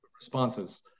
responses